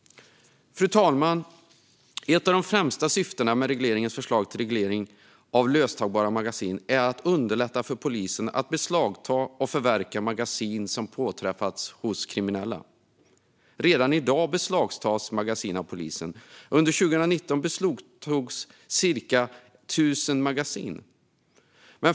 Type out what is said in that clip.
Fru talman! Ett av de främsta syftena med regeringens förslag till reglering av löstagbara magasin är att underlätta för polisen att beslagta och förverka magasin som påträffas hos kriminella. Redan i dag beslagtas magasin av polisen; under 2019 beslagtogs ca 1 000 magasin.